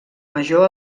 major